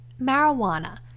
Marijuana